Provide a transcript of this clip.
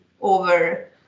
over